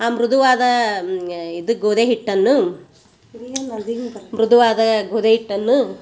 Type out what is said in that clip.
ಆ ಮೃದುವಾದ ಇದು ಗೋದಿ ಹಿಟ್ಟನ್ನು ಮೃದುವಾದ ಗೋದಿ ಹಿಟ್ಟನ್ನು